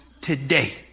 today